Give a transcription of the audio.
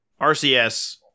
RCS